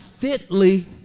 fitly